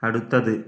അടുത്തത്